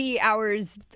hours